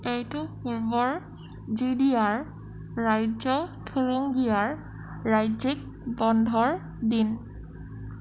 এইটো পূৰ্বৰ G D R ৰাজ্য থুৰিংগিয়াৰ ৰাজ্যিক বন্ধৰ দিন